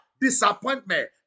Disappointment